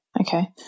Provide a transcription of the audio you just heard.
Okay